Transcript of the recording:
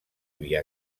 havia